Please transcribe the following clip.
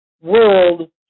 world